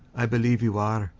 i believe you are.